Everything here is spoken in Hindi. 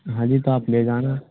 हाँ जी तो आप ले जाना